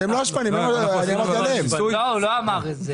לא אמרתי.